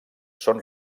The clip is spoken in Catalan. són